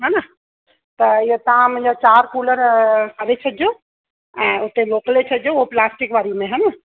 हां न त ईअं तव्हां मुंहिंजा चारि कूलर करे छॾिजो ऐं उते मोकिले छॾिजो उहा प्लास्टिक वारी में हे न